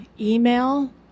email